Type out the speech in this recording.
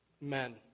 men